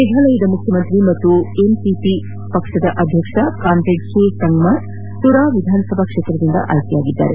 ಮೇಫಾಲಯದ ಮುಖ್ಚಮಂತ್ರಿ ಹಾಗೂ ಎನ್ಪಿಪಿ ಪಕ್ಷದ ಅಧ್ಯಕ್ಷ ಕಾನ್ರೆಡ್ ಕೆ ಸಂಗಮಾರ್ ತುರಾ ವಿಧಾನಸಭಾ ಕ್ಷೇತ್ರದಿಂದ ಆಯ್ಕೆಯಾಗಿದ್ದಾರೆ